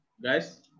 Guys